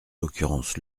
l’occurrence